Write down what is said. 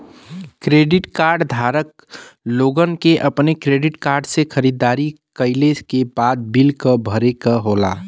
credit card धारक लोगन के अपने क्रेडिट कार्ड से खरीदारी कइले के बाद बिल क भरे क होला